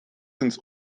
ins